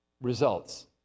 results